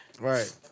right